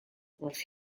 was